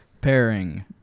pairing